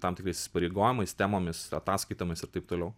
tam tikrais įsipareigojimais temomis ataskaitomis ir taip toliau